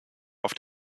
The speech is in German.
auf